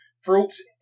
fruits